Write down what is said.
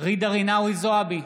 ג'ידא רינאוי זועבי,